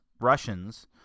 Russians